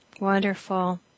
Wonderful